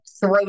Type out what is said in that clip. throw